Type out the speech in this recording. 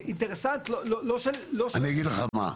לא ש --- אני אגיד לך מה,